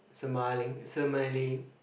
smiling smiling